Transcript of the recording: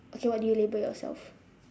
okay what do you label yourself